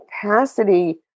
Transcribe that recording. capacity